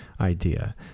idea